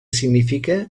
significa